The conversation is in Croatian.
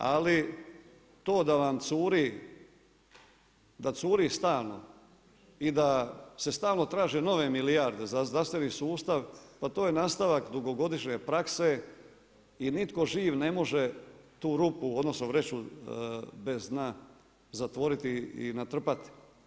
Ali to da vam curi, da curi stalno i da se stalno traže nove milijarde za zdravstveni sustav pa to je nastavak dugogodišnje prakse i nitko živ ne može tu rupu, odnosno vreću bez dna zatvoriti i natrpati.